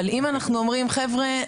אבל אם אנחנו אומרים: חבר'ה,